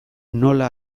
nola